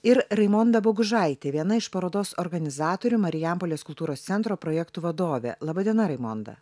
ir raimonda bogužaitė viena iš parodos organizatorių marijampolės kultūros centro projektų vadovė laba diena raimonda